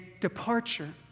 departure